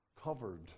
covered